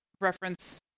reference